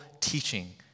teaching